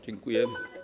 Dziękuję.